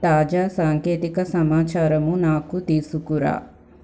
తాజా సాంకేతిక సమాచారము నాకు తీసుకురా